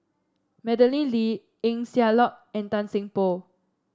Madeleine Lee Eng Siak Loy and Tan Seng Poh